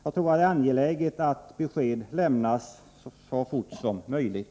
Det är angeläget att ett besked kan lämnas så fort som möjligt.